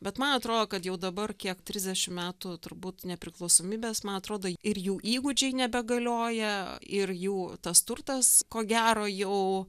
bet man atrodo kad jau dabar kiek trisdešim metų turbūt nepriklausomybės man atrodo ir jų įgūdžiai nebegalioja ir jų tas turtas ko gero jau